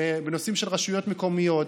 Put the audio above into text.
בנושאים של רשויות מקומיות,